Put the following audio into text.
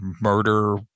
murder